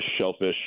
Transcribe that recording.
shellfish